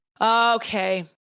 Okay